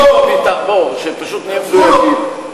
הביטחון, אל תבלבל אותו עם העובדות.